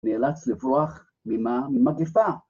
נאלץ לברוח ממה ממגפה